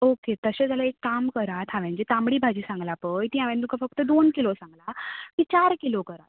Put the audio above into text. okay तशें जाल्यार एक काम करात हांवें जी तांबडी भाजी सांगलां पळय ती हांवें तुमकां फक्त दोन किलो सांगलां ती चार किलो कर